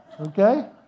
Okay